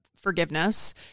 forgiveness